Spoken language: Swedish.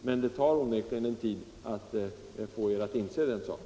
Men det tar onekligen tid att få er att inse den saken.